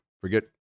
forget